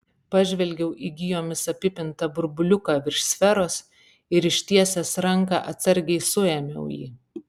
pažvelgiau į gijomis apipintą burbuliuką virš sferos ir ištiesęs ranką atsargiai suėmiau jį